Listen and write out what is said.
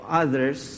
others